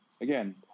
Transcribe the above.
again